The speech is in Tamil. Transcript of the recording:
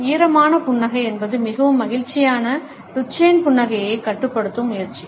ஈரமான புன்னகை என்பது மிகவும் மகிழ்ச்சியான டுச்சேன் புன்னகையை கட்டுப்படுத்தும் முயற்சி